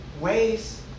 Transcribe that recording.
ways